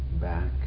back